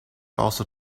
also